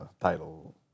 title